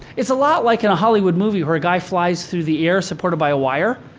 it's a lot like and a hollywood movie where a guy flies through the air supported by a wire,